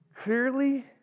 clearly